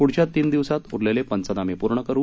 पुढच्या तीन दिवसात उरलेले पंचनामे पूर्ण करू